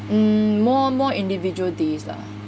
mm more more individual days lah